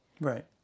Right